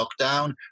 lockdown